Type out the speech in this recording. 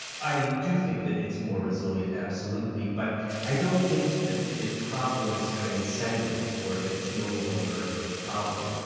i do think that it's more resilient, absolutely. but i don't think that the problem is transcended, or that it's no longer a problem.